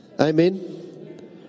Amen